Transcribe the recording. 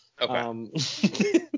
Okay